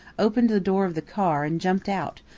opened the door of the car and jumped out,